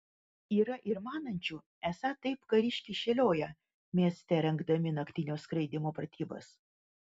yra ir manančių esą taip kariškiai šėlioja mieste rengdami naktinio skraidymo pratybas